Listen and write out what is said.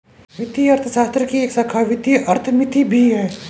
वित्तीय अर्थशास्त्र की एक शाखा वित्तीय अर्थमिति भी है